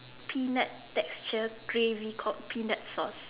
peanut texture gravy called peanut sauce